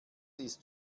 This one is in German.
ist